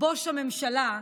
בוש הממשלה.